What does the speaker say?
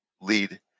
lead